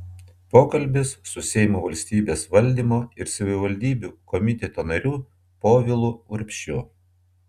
pokalbis su seimo valstybės valdymo ir savivaldybių komiteto nariu povilu urbšiu